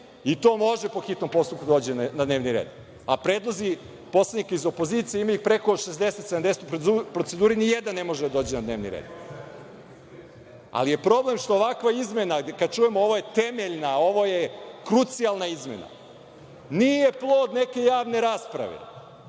i to može po hitnom postupku da dođe na dnevni red, a predlozi poslanika iz opozicije, ima ih preko 60, 70 u proceduri, ni jedan ne može da dođe na dnevni red. Ali, problem je što ovakva izmena, kada čujemo ovo je temeljna, ovo je krucijalna izmene, nije plod neke javne rasprave,